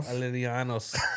Alianos